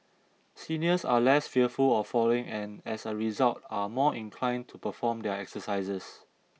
seniors are less fearful of falling and as a result are more inclined to perform their exercises